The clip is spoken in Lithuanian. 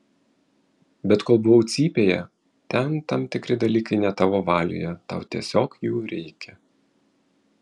bet kol buvau cypėje ten tam tikri dalykai ne tavo valioje tau tiesiog jų reikia